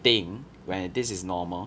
thing when this is normal